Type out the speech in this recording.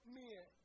men